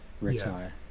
retire